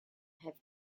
have